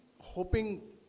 hoping